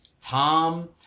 tom